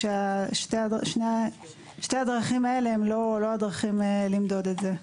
שתי הדרכים הללו הן לא הדרכים למדוד את זה.